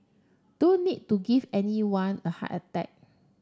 don't need to give anyone a heart attack